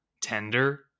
tender